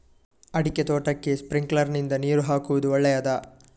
ಅಡಿಕೆ ತೋಟಕ್ಕೆ ಸ್ಪ್ರಿಂಕ್ಲರ್ ನಿಂದ ನೀರು ಹಾಕುವುದು ಒಳ್ಳೆಯದ?